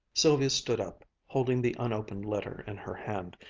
sylvia stood up, holding the unopened letter in her hand.